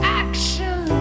action